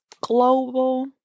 Global